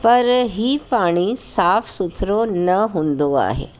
पर इहा पाणी साफ़ सुथिरो न हूंदो आहे